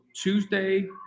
Tuesday